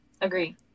agree